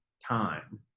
time